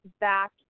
back